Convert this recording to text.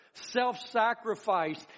self-sacrifice